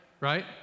right